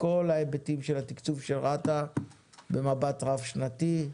כל ההיבטים של התקצוב של רת"א במבט רב שנתי.